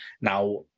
Now